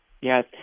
Yes